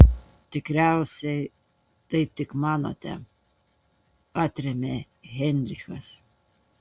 tikriausiai taip tik manote atrėmė heinrichas